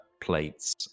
plates